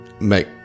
make